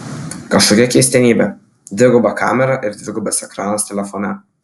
kažkokia keistenybė dviguba kamera ir dvigubas ekranas telefone